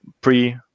pre